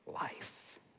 life